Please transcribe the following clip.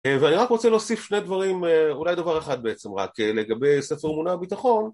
ואני רק רוצה להוסיף שני דברים, אולי דבר אחד בעצם, רק לגבי ספר אמונה וביטחון